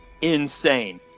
insane